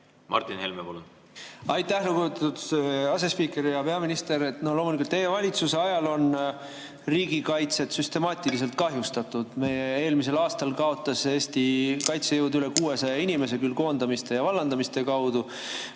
Martin Helme, palun! Aitäh, lugupeetud asespiiker! Hea peaminister! Loomulikult on teie valitsuse ajal riigikaitset süstemaatiliselt kahjustatud. Eelmisel aastal kaotasid Eesti kaitsejõud üle 600 inimese, küll koondamiste, küll vallandamiste kaudu.